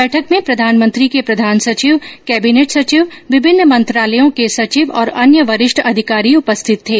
बैठक में प्रधानमंत्री के प्रधान सचिव केबिनेट सचिव विभिन्न मंत्रालयों के सचिव और अन्य वरिष्ठ अधिकारी उपस्थित थे